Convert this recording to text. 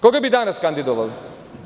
Koga bi danas kandidovali.